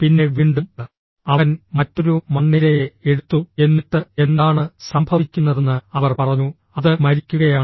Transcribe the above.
പിന്നെ വീണ്ടും അവൻ മറ്റൊരു മണ്ണിരയെ എടുത്തു എന്നിട്ട് എന്താണ് സംഭവിക്കുന്നതെന്ന് അവർ പറഞ്ഞു അത് മരിക്കുകയാണ്